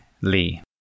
Lee